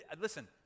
Listen